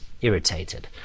irritated